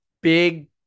Big